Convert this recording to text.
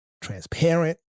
transparent